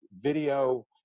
video